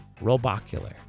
Robocular